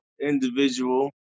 individual